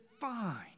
fine